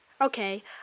Okay